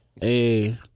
Hey